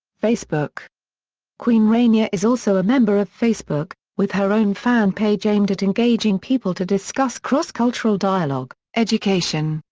facebook queen rania is also a member of facebook, with her own fan page aimed at engaging people to discuss cross-cultural dialogue, education,